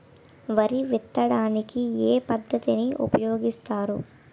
వరి విత్తడానికి ఏ పద్ధతిని ఉపయోగిస్తారు?